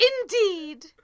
Indeed